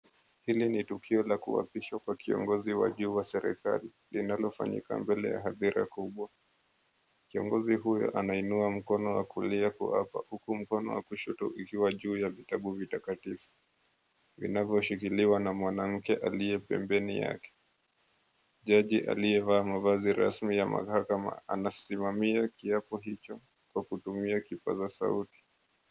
Hili ni tukio la kuapishwa kwa kiongozi wa juu wa serikali, linalofanyika mbele ya hadhira kubwa. Kiongozi huyo anainua mkono wa kulia kuhapa huku mkono wa kushoto ukiwa juu ya vitabu vitakatifu vinavyoshikiliwa na mwanamke aliye pembeni yake. Jaji aliyevaa mavazi rasmi ya mahakama anasimamia kiapo hicho kwa kutumia kipasa sauti.